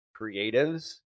creatives